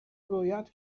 رویت